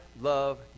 love